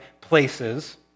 places